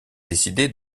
décidé